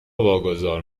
واگذار